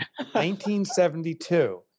1972